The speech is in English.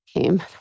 came